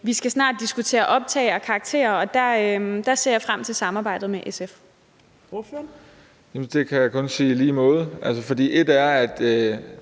Vi skal snart diskutere optag og karakterer, og der ser jeg frem til samarbejdet med SF. Kl. 12:25 Fjerde